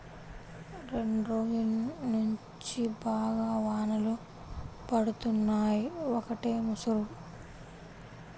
రెండ్రోజుల్నుంచి బాగా వానలు పడుతున్నయ్, ఒకటే ముసురు